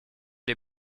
les